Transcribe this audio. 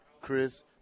Chris